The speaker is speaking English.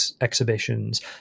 exhibitions